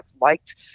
liked